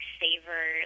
savor